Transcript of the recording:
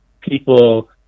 people